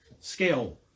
scale